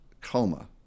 coma